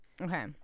Okay